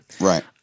Right